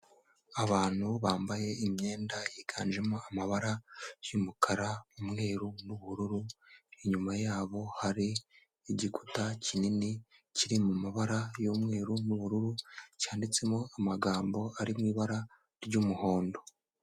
Abantu bambaye imyenda yiganjemo amabara y'umukara n'umweru n'ubururu inyuma y'abo hari igikuta kinini kiri mumabara y'umweru n'ubururu cyanditsemo amagambo ari mu ibara ry'umuhondo.